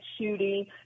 shooting